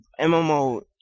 MMO